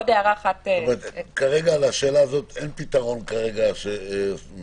כרגע אין פתרון לשאלה הזאת?